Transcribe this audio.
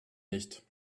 nicht